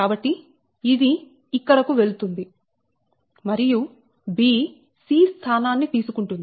కాబట్టి ఇది ఇక్కడకు వెళుతుంది మరియు 'b' 'c' స్థానాన్ని తీసుకుంటుంది